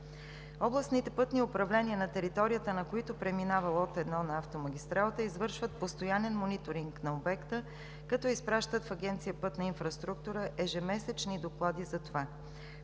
Областните пътни управления, на територията на които преминава лот 1 на автомагистралата, извършват постоянен мониториг на обекта, като изпращат в Агенция „Пътна инфраструктура“ ежемесечни доклади за това.